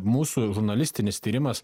mūsų žurnalistinis tyrimas